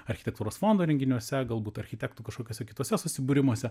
architektūros fondo renginiuose galbūt architektų kažkokiuose kituose susibūrimuose